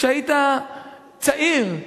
כשהיית צעיר,